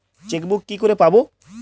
Chequebook কি করে পাবো?